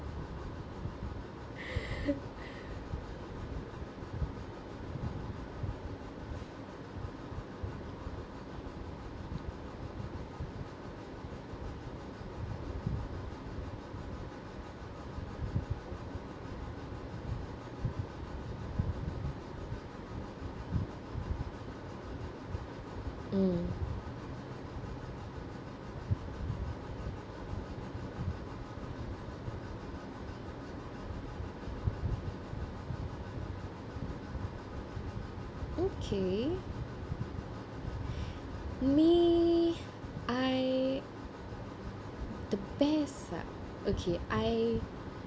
mm okay me I the best ah okay I